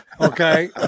okay